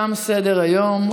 תם סדר-היום.